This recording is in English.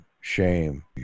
shame